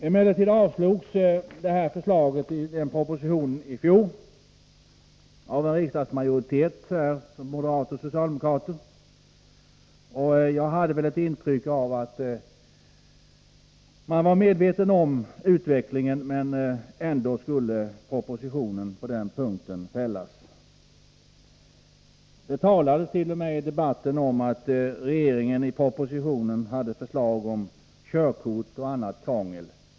Vårt förslag avslogs emellertid i fjol av en riksdagsmajoritet bestående av moderater och socialdemokrater. Jag hade ett intryck av att man var medveten om utvecklingen men att man ändå ville fälla förslaget i propositionen på den punkten. I debatten sades det t.o.m. att regeringen i propositionen hade lagt fram förslag om körkort och annat krångel.